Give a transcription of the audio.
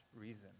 reason